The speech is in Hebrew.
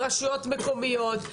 ברשויות מקומיות,